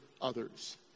others